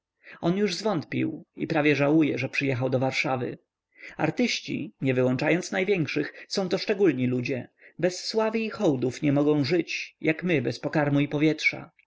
on już zwątpił i prawie żałuje że przyjechał do warszawy artyści nie wyłączając największych są to szczególni ludzie bez sławy i hołdów nie mogą żyć jak my bez pokarmu i powietrza